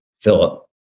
Philip